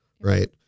Right